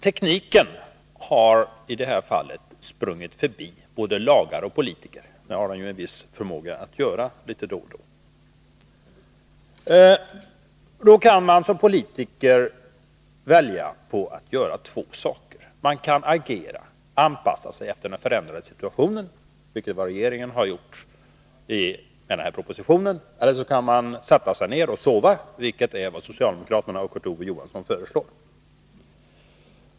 Tekniken har i det här fallet sprungit förbi både lagar och politiker — det har den ju en viss förmåga att göra litet då och då. Då kan man som politiker välja på att göra två saker. Man kan agera och anpassa sig efter den förändrade situationen, vilket är vad regeringen gjort genom denna proposition. Eller också kan man sätta sig ned och sova, vilket är vad socialdemokraterna och Kurt Ove Johansson föreslår.